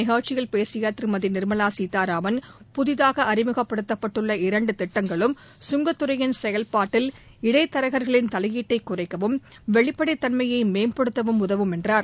நிகழ்ச்சியில் பேசிய திருமதி நிமலா சீதாராமன் புதிதாக அறிமுகப்படுத்தப்பட்டுள்ள இரண்டு திட்டங்களும் கங்கத்துறையின் செயல்பாட்டில் இடைதரக்களின் தலையீட்டை குறைக்கவும் வெளிப்படைதன்மையை மேம்படுத்தவும் உதவும் என்றார்